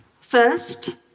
First